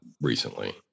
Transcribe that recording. recently